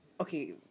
okay